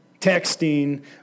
Texting